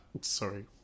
sorry